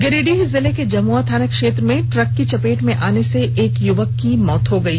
गिरिडीह जिले के जमुआ थाना क्षेत्र में ट्रक की चपेट में आने से एक युवक की मौत हो गयी